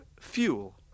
fuel